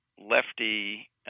lefty